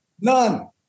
None